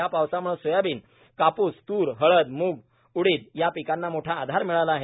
या पावसाम्ळं सोयाबीन कापूस तूर हळद मूग उडीद या पिकांना मोठा आधार मिळाला आहे